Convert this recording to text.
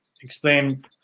explain